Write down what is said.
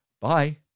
Bye